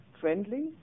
friendly